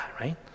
right